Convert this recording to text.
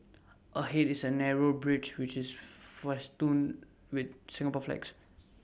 ahead is A narrow bridge which is festooned with Singapore flags